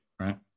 right